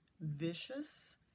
vicious